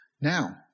Now